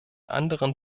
anderen